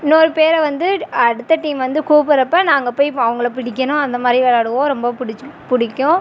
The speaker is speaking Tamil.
இன்னொரு பேரை வந்து அடுத்த டீம் வந்து கூப்புடுறப்ப நாங்கள் போய் ப அவங்களை பிடிக்கணும் அந்த மாதிரி விளாடுவோம் ரொம்ப பிடிச்சி பிடிக்கும்